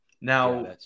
Now